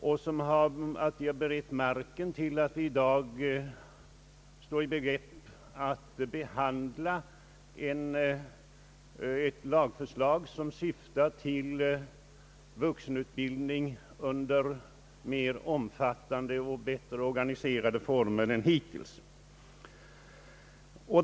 De har berett marken, så att vi i dag står i begrepp att behandla ett lagförslag som syftar till vuxenutbildning under mera omfattande och bättre organiserade former än hittills.